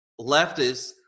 leftists